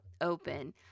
open